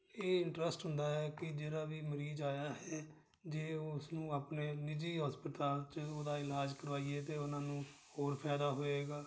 ਇਹ ਇੰਟਰਸਟ ਹੁੰਦਾ ਹੈ ਕਿ ਜਿਹੜਾ ਵੀ ਮਰੀਜ਼ ਆਇਆ ਹੈ ਜੇ ਉਹ ਉਸ ਨੂੰ ਆਪਣੇ ਨਿਜੀ ਹਸਪਤਾਲ 'ਚ ਉਹਦਾ ਇਲਾਜ ਕਰਵਾਈਏ ਅਤੇ ਉਹਨਾਂ ਨੂੰ ਹੋਰ ਫਾਇਦਾ ਹੋਏਗਾ